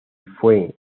fue